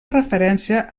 referència